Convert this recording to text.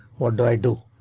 what do i do?